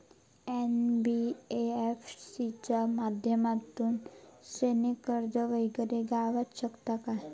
NBFC च्या माध्यमातून सोने कर्ज वगैरे गावात शकता काय?